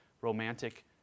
romantic